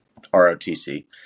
ROTC